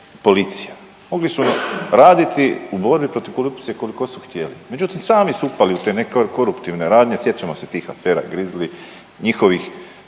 policija mogli su raditi u borbi protiv korupcije koliko su htjeli. Međutim, sami su upali u te neke koruptivne radnje, sjećamo se tih afera grizli njihovih